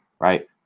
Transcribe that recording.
right